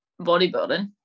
bodybuilding